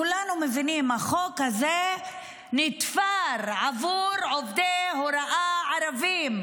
כולנו מבינים שהחוק הזה נתפר עבור עובדי הוראה ערבים,